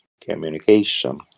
communication